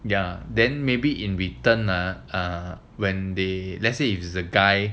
ya then maybe in return err err when they let's say if the guy